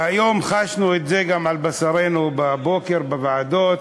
והיום חשנו את זה גם על בשרנו בבוקר בוועדות,